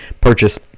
purchase